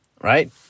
right